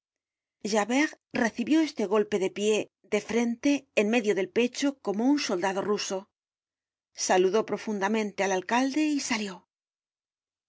magdalena javert recibió este golpe de pie de frente en medio del pecho como un soldado ruso saludó profundamente al alcalde y salió